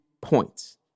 points